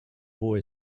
boy